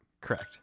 Correct